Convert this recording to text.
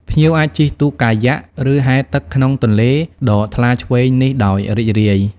ភ្ញៀវអាចជិះទូកកាយ៉ាក់ ឬហែលទឹកក្នុងទន្លេដ៏ថ្លាឈ្វេងនេះដោយរីករាយ។